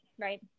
right